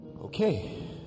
okay